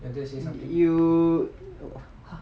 you